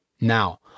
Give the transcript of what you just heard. Now